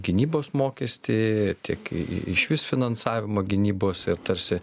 gynybos mokestį tiek išvis finansavimo gynybos ir tarsi